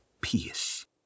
peace